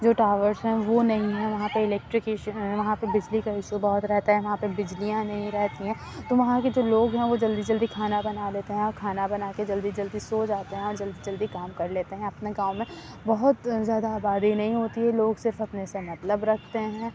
جو ٹاورس ہیں وہ نہیں ہیں وہاں پہ الیکٹرس وہاں پہ بجلی کا ایشو بہت رہتا ہے وہاں پہ بجلیاں نہیں رہتی ہیں تو وہاں کے جو لوگ ہیں وہ جلدی جلدی کھانا بنا لیتے ہیں اور کھانا بنا کے جلدی جلدی سو جاتے اور جلدی جلدی کام کر لیتے ہیں اپنے گاؤں میں بہت زیادہ آبادی نہیں ہوتی ہے لوگ صرف اپنے سے مطلب رکھتے ہیں